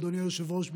אדוני היושב-ראש,